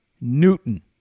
Newton